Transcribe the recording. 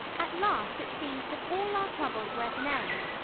at last it seemed that all our troubles were at an end.